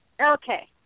Okay